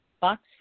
Box